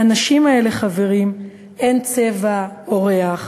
לאנשים האלה, חברים, אין צבע או ריח,